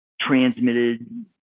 transmitted